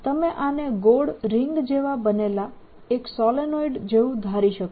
તમે આને ગોળ રીંગ જેવા બનેલા એક સોલેનોઇડ જેવું ધારી શકો